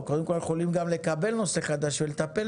אנחנו יכולים גם לקבל נושא חדש ולטפל